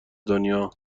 دنیا